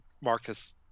Marcus